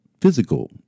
physical